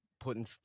putting